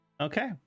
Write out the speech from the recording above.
Okay